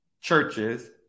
churches